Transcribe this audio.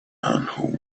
who